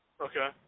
Okay